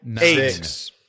eight